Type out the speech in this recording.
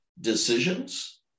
decisions